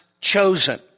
chosen